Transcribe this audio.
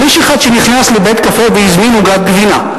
על איש אחד שנכנס לבית-קפה והזמין עוגת גבינה.